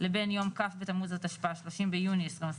לבין יום כ' בתמוז התשפ"א 30 ביוני 2021